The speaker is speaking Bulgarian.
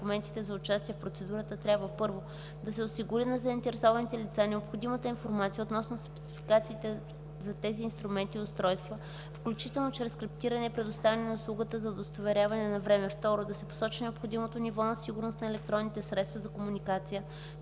документите за участие в процедурата трябва: 1. да се осигури на заинтересованите лица необходимата информация относно спецификациите за тези инструменти и устройства, включително чрез криптиране и предоставяне на услуга за удостоверяване на време; 2. да се посочи необходимото ниво на сигурност на електронните средства за комуникация